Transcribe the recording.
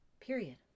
period